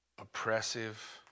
oppressive